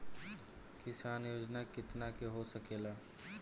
किसान योजना कितना के हो सकेला?